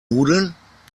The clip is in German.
nudeln